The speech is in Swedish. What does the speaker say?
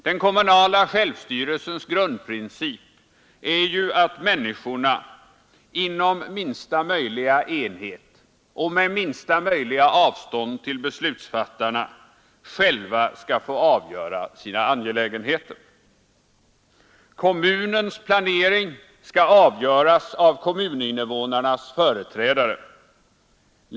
Den kommunala självstyrelsens grundprincip är ju att människorna inom minsta möjliga enhet och med minsta möjliga avstånd till beslutsfattarna själva skall få avgöra sina angelägenheter. Kommunens planering skall avgöras av kommuninnevånarnas företrädare.